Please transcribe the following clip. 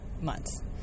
months